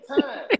time